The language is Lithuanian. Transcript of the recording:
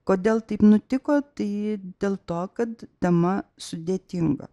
kodėl taip nutiko tai dėl to kad tema sudėtinga